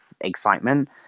excitement